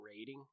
rating